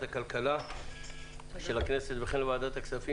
הכלכלה של הכנסת וכן לוועדת הכספים,